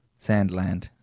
Sandland